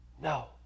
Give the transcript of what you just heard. no